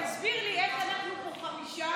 תסביר לי, איך אנחנו פה חמישה,